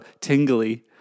tingly